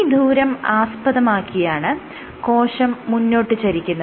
ഈ ദൂരം ആസ്പദമാക്കിയാണ് കോശം മുന്നോട്ട് ചരിക്കുന്നത്